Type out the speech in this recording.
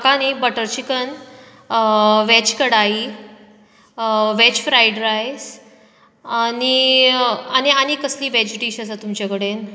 म्हाका नी butter chicken veg kadai veg fried rice आनी आनी कसली वॅज डिश आसा तुमचे कडेन